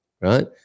right